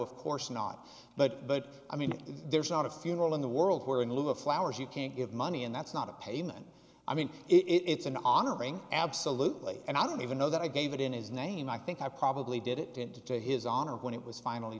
of course not but but i mean there's not a funeral in the world who are in lieu of flowers you can't give money and that's not a payment i mean it's an honor ring absolutely and i don't even know that i gave it in his name i think i probably did it into his honor when it was finally